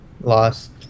Lost